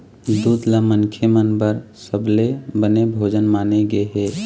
दूद ल मनखे मन बर सबले बने भोजन माने गे हे